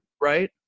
right